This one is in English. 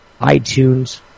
iTunes